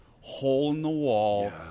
hole-in-the-wall